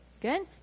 Good